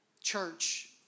church